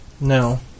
No